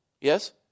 Yes